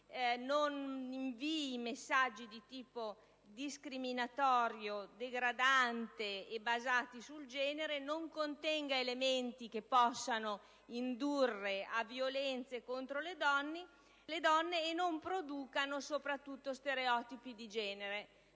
non invii messaggi di tipo discriminatorio, degradante e basati sul genere, non contenga elementi che possano indurre a violenze contro le donne e soprattutto non produca stereotipi di genere.